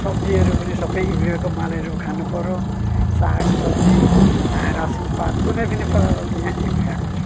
सब्जीहरू पनि सबै युरियाको मालहरू खानु पऱ्यो सागसब्जी रासिन पात कुनै पनि प्रकारको यहाँ युरियाको छ